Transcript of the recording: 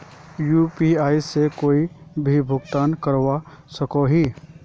UPI से कोई भी भुगतान करवा सकोहो ही?